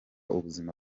ubuzima